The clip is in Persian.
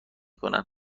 کنن